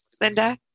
Linda